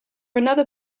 another